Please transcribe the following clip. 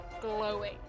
glowing